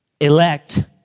Elect